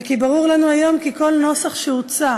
וכי ברור לנו היום כי כל נוסח שהוצע,